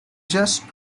just